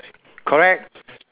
correct